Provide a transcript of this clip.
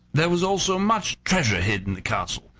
there was also much treasure hid in the castle,